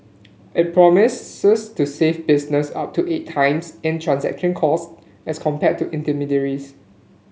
it promises to save businesses up to eight times in transaction costs as compared to intermediaries